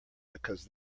because